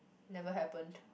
never happened